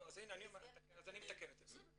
אז אני מתקן את זה.